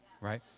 right